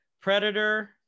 predator